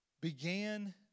began